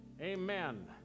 Amen